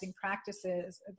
practices